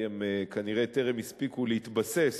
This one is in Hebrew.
כי הם כנראה טרם הספיקו להתבסס,